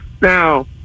Now